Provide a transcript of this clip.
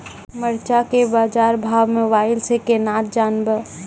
मरचा के बाजार भाव मोबाइल से कैनाज जान ब?